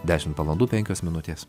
dešimt valandų penkios minutės